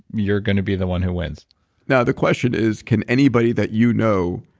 you're going to be the one who wins now, the question is, can anybody that you know